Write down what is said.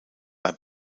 bei